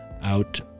out